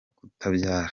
kutabyara